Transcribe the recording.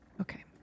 Okay